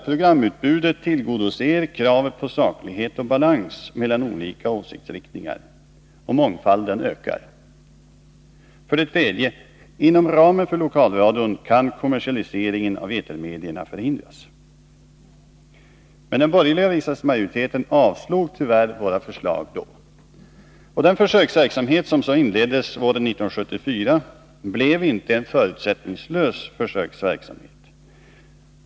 Programutbudet tillgodoser kravet på saklighet och balans mellan olika åsiktsriktningar, och mångfalden ökar. 3. Inom ramen för lokalradion kan kommersialisering av etermedia förhindras. Den borgerliga riksdagsmajoriteten avslog tyvärr våra förslag. Den försöksverksamhet som våren 1979 inleddes blev inte förutsättningslös.